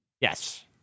Yes